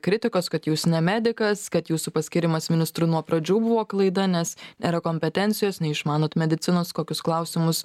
kritikos kad jūs ne medikas kad jūsų paskyrimas ministru nuo pradžių buvo klaida nes nėra kompetencijos neišmanot medicinos kokius klausimus